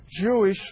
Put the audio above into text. Jewish